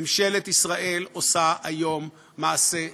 ממשלת ישראל עושה היום מעשה חמור,